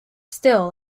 still